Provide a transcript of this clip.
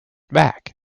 back